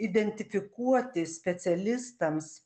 identifikuoti specialistams